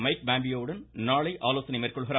mic பாம்பியோவுடன் நாளை ஆலோசனை மேற்கொள்கிறார்